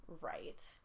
Right